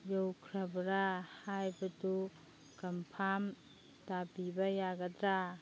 ꯌꯧꯈ꯭ꯔꯕ꯭ꯔ ꯍꯥꯏꯕꯗꯨ ꯀꯟꯐꯥꯝ ꯇꯥꯕꯤꯕ ꯌꯥꯒꯗ꯭ꯔ